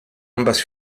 ambas